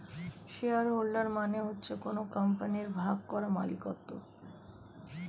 share holder মানে হচ্ছে কোন কোম্পানির ভাগ করা মালিকত্ব